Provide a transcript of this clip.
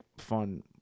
fun